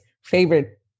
favorite